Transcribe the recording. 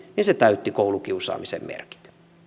niin se täyttää koulukiusaamisen merkit